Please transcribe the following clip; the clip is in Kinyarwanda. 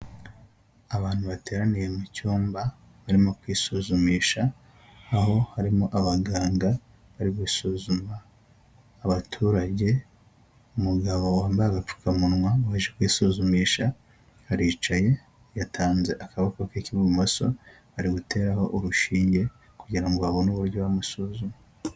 Abantu bateraniye mu cyumba barimo kwisuzumisha, aho harimo abaganga bari gusuzuma abaturage umugabo wambaye agapfukamunwa waje kwisuzumisha aricaye yatanze akaboko ke k'ibumoso ari buteraho urushinge kugira ngo babone uburyo bamusuzuma.